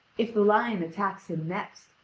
if the lion attacks him next,